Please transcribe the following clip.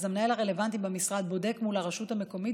המנהל הרלוונטי במשרד בודק מול הרשות המקומית